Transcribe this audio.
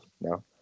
no